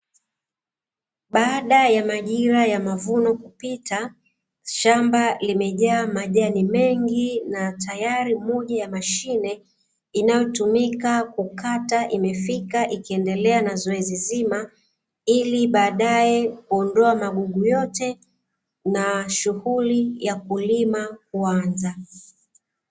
Baada ya majira mavuno kupita shamba limejaa majani mengi na tayari moja ya mashine inayotumika kukata, imefikia ikiendelea na zoezi zima ila baadae kuondoa magugu yote na shughuli ya kulima kuanza.